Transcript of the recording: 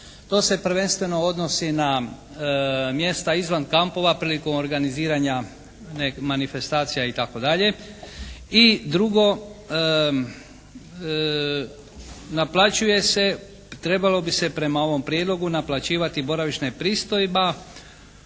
To se prvenstveno odnosi na mjesta izvan kampova prilikom organiziranja manifestacija itd. I drugo, naplaćuje se, trebalo bi se prema ovom prijedlogu naplaćivati boravišna pristojba